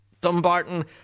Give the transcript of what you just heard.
Dumbarton